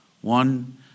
One